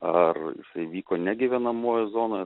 ar jisai vyko ne gyvenamojoj zonoj